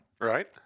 Right